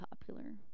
popular